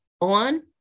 on